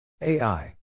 AI